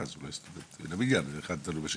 אז הוא לא יהיה סטודנט מן המניין אז אחד תלוי בשני,